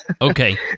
Okay